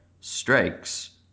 strikes